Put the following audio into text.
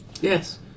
Yes